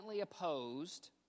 opposed